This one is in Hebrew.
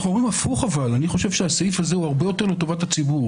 אבל אנחנו אומרים דבר הפוך: הסעיף הזה הוא הרבה יותר לטובת הציבור.